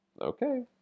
Okay